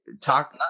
talk